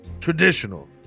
Traditional